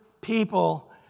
people